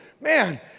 man